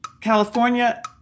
California